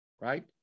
right